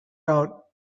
out